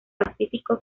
pacífico